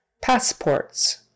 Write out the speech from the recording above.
Passports